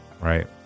Right